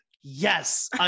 yes